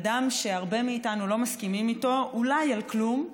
אדם שהרבה מאיתנו לא מסכימים איתו אולי על כלום,